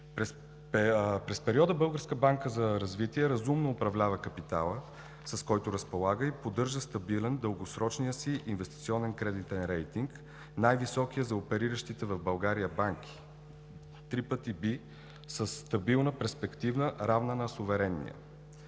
банка за развитие разумно управлява капитала, с който разполага, и поддържа стабилен дългосрочния си инвестиционен кредитен рейтинг – най-високия за опериращите в България банки „BBB“, със стабилна, перспективна, равна на суверенния.